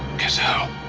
caselle.